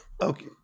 Okay